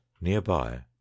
Nearby